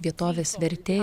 vietovės vertė